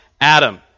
Adam